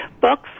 books